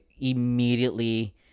immediately